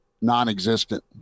non-existent